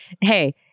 hey